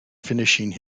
finishing